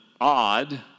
odd